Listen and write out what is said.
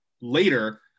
later